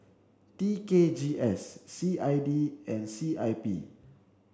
T K G S C I D and C I P